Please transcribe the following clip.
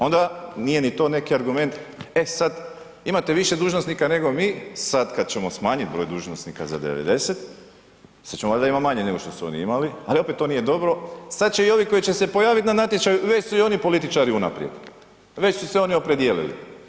Onda nije ni to neki argument, e sad imate više dužnosnika nego mi, sad kad ćemo smanjiti broj dužnosnika za 90, sad ćemo valjda imati manje nego što su oni imali, ali opet to nije dobro, sad će i ovi koji će se pojaviti na natječaju, već su i oni političari unaprijed, već su se oni opredijelili.